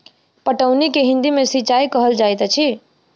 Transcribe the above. पटौनी के हिंदी मे सिंचाई कहल जाइत अछि